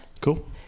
Cool